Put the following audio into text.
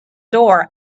door